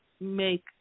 make